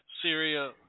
Syria